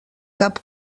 cap